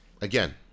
again